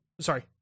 sorry